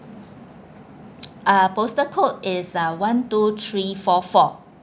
uh postal code is uh one two three four four